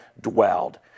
dwelled